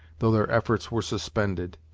though their efforts were suspended.